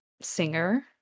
singer